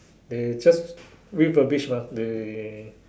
they just refurbish mah they